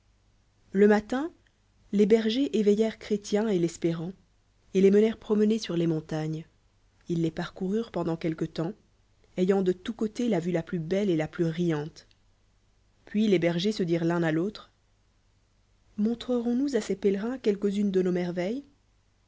le matin les bergers éveiltéreo chrétien et l'espérant et les ment lent promener sur les montagne ils les parcoururent pendant quelqu temps ayant dc tous cbtés la vue la plus bélle et la plus riante puis le ergers se dirent l'un à l'autre moi nic r tion s l